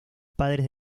padres